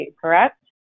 correct